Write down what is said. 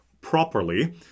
properly